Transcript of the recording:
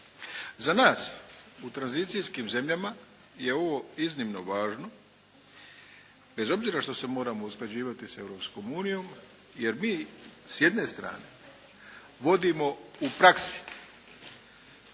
Za nas u tranzicijskim zemljama je ovo iznimno važno bez obzira što se moramo usklađivati s Europskom unijom jer mi s jedne strane vodimo u praksi